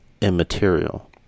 immaterial